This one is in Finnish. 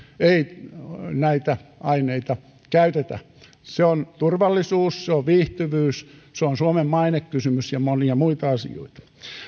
ei näitä aineita käytetä se on turvallisuus se on viihtyvyys se on suomen mainekysymys ja monia muita asioita